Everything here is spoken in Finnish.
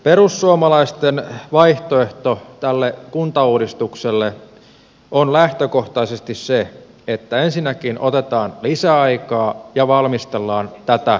perussuomalaisten vaihtoehto tälle kuntauudistukselle on lähtökohtaisesti se että ensinnäkin otetaan lisäaikaa ja valmistellaan tätä yhdessä